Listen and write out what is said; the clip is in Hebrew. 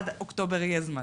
עד אוקטובר יהיה זמן.